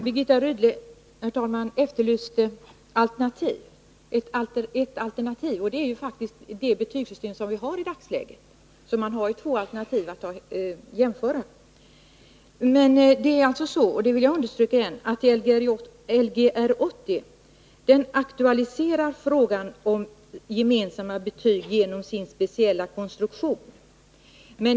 Herr talman! Birgitta Rydle efterlyste alternativ. Ett alternativ är ju faktiskt det betygssystem som vi har i dagsläget. Man har alltså två alternativ att jämföra. Jag vill emellertid understryka igen att Lgr 80 aktualiserar frågan om gemensamma betyg genom sin speciella konstruktion.